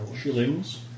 shillings